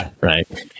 right